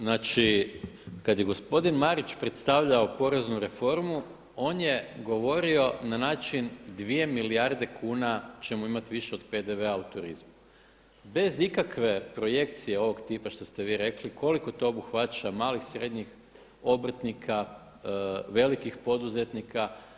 Znači kad je gospodin Marić predstavljao poreznu reformu on je govorio na način dvije milijarde kuna ćemo imati više od PDV-a u turizmu bez ikakve projekcije ovog tipa što ste vi rekli koliko to obuhvaća malih, srednjih obrtnika, velikih poduzetnika.